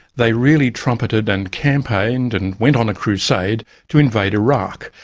they really trumpeted and campaigned and went on a crusade to invade iraq.